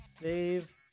Save